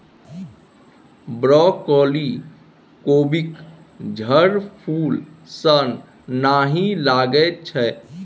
broccoli कोबीक झड़फूल सन नहि लगैत छै